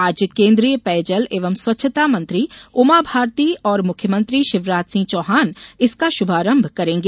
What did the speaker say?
आज केन्द्रीय पेयजल एवं स्वच्छता मंत्री उमा भारती और मुख्यमंत्री शिवराज सिंह चौहान इसका शुभारंभ करेंगी